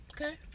Okay